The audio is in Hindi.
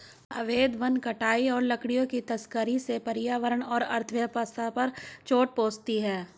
अवैध वन कटाई और लकड़ियों की तस्करी से पर्यावरण और अर्थव्यवस्था पर चोट पहुँचती है